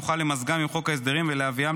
נוכל למזגם עם חוק ההסדרים ולהביאם